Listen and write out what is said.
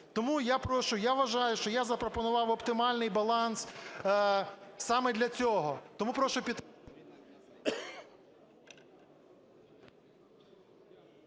прошу, я вважаю, що я запропонував оптимальний баланс саме для цього,